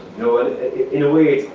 no in a way,